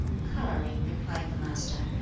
coloring, replied the master,